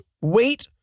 wait